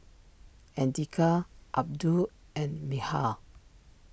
Andika Abdul and Mikhail